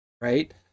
right